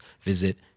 visit